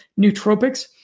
nootropics